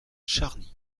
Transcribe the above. charny